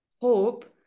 hope